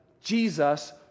Jesus